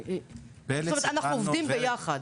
אנחנו עובדים ביחד.